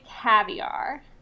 Caviar